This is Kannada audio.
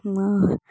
ಮ